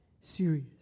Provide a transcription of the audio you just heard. serious